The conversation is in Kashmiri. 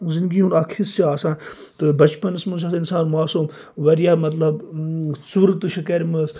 زِندگی ہُنٛد اَکھ حِصہٕ چھِ آسان تہٕ بَچپَنَس منٛز چھ آسان اِنسان موسوم واریاہ مَطلَب ژورٕ تہِ چھِ کَرِمٕژ